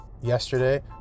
yesterday